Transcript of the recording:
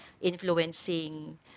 influencing